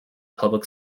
public